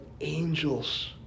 angels